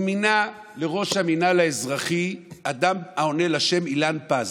הוא מינה לראש המינהל האזרחי אדם העונה לשם אילן פז.